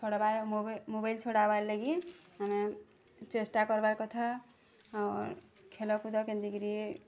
ଛଡ଼ବାର mobile mobile ଛଡ଼ାବା ଲାଗି ଆମେ ଚେଷ୍ଟା କର୍ବାର୍ କଥା ଆଉ ଖେଲକୁଦ କେନ୍ତି କିରି